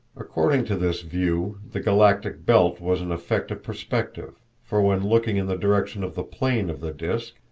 according to this view, the galactic belt was an effect of perspective for when looking in the direction of the plane of the disk,